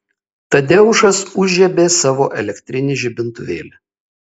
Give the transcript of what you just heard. tadeušas užžiebė savo elektrinį žibintuvėlį